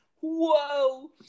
Whoa